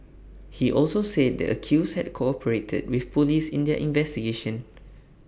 he also said the accused had cooperated with Police in their investigation